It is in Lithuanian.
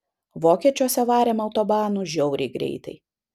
vokiečiuose varėm autobanu žiauriai greitai